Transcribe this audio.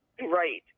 Right